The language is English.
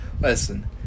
listen